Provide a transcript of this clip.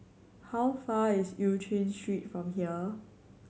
how far is Eu Chin Street from here